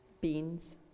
beans